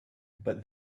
but